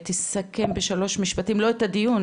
שתסכם בשלוש משפטים, לא את הדיון,